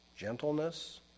gentleness